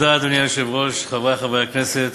אדוני היושב-ראש, תודה, חברי חברי הכנסת,